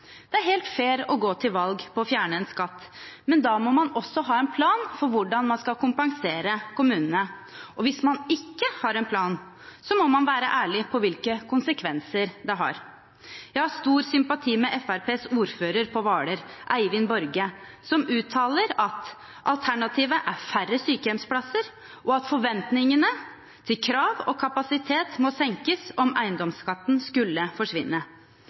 Det er helt fair å gå til valg på å fjerne en skatt, men da må man også ha en plan for hvordan man skal kompensere kommunene. Og hvis man ikke har en plan, må man være ærlig på hvilke konsekvenser det har. Jeg har stor sympati med Fremskrittspartiets ordfører på Hvaler, Eivind Borge, som uttaler at alternativet er færre sykehjemsplasser og at forventningene til krav og kapasitet må senkes om eiendomsskatten skulle forsvinne.